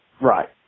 Right